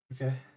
Okay